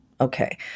Okay